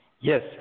Yes